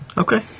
okay